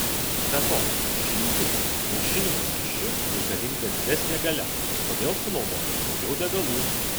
be to šildymui aušinimo skysčiu reikalinga didesnė galia todėl sunaudojama daugiau degalų